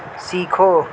سیکھو